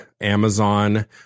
Amazon